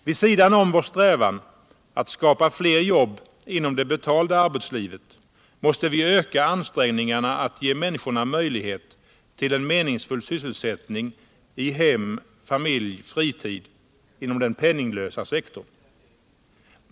Vid sidan om vår strävan att skapa fler jobb inom det betalda arbetslivet måste vi öka ansträngningarna att ge människorna möjlighet till en meningsfull sysselsättning - hem, familj, fritid — inom den penninglösa sektorn.